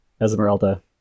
Esmeralda